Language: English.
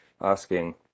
asking